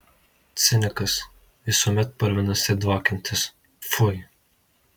cinikas visuomet purvinas ir dvokiantis pfui